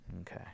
Okay